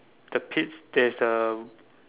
the pits there's a